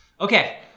Okay